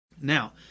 Now